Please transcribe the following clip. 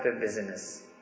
business